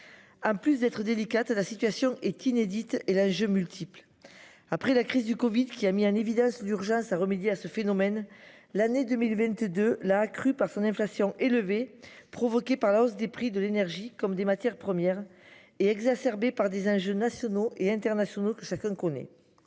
En plus d'être délicate. La situation est inédite et là je multiple. Après la crise du Covid, qui a mis en évidence d'urgence à remédier à ce phénomène. L'année 2022 la accrue par son inflation élevée provoquée par la hausse des prix de l'énergie comme des matières premières et exacerbée par des hein, nationaux et internationaux que chacun connaît.